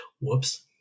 Whoops